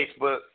Facebook